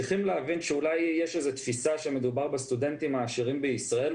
צריך להבין שאולי יש איזה תפיסה שמדובר בסטודנטים העשירים בישראל.